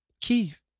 Keith